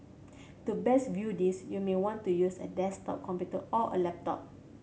to best view this you may want to use a desktop computer or a laptop